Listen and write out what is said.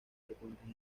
frecuentes